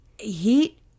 Heat